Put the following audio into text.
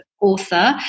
author